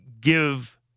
give